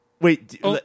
Wait